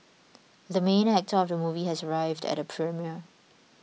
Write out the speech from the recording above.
the main actor of the movie has arrived at the premiere